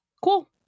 cool